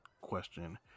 question